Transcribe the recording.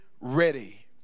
ready